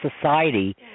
society